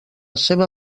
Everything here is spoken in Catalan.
seva